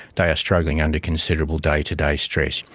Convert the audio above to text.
they are struggling under considerable day-to-day stress.